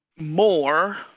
more